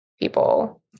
people